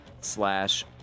slash